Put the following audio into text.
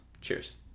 Cheers